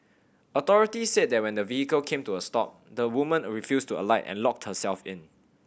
authorities said that when the vehicle came to a stop the woman refused to alight and locked herself in